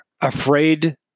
Afraid